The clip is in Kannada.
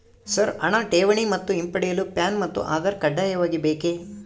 ಸರ್ ಹಣ ಠೇವಣಿ ಮತ್ತು ಹಿಂಪಡೆಯಲು ಪ್ಯಾನ್ ಮತ್ತು ಆಧಾರ್ ಕಡ್ಡಾಯವಾಗಿ ಬೇಕೆ?